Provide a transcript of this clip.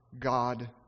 God